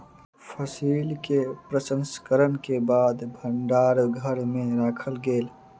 फसिल के प्रसंस्करण के बाद भण्डार घर में राखल गेल